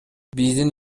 бизди